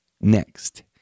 Next